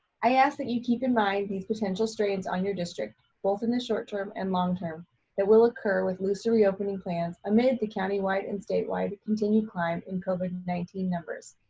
i ask that you keep in mind these potential strains on your district both in the short term and long term that will occur with looser reopening plans amid the county wide and state wide continued climb in covid nineteen numbers.